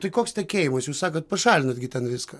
tai koks tekėjimas jūs sakot pašalinat gi ten viską